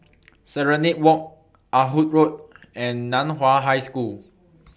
Serenade Walk Ah Hood Road and NAN Hua High School